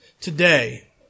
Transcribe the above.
today